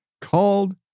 called